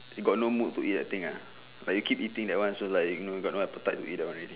you got no mood to eat the thing ah but you keep eating that one so like you know you got no appetite to eat that one already